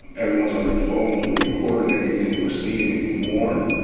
everyone's on their phones. we're recordin' everything. we're seein' it more.